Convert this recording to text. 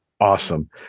awesome